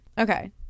okay